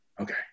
okay